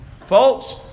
Folks